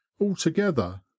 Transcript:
altogether